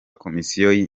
komisiyo